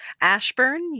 ashburn